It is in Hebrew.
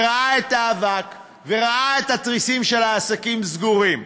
ראה את האבק, ראה את התריסים של העסקים סגורים.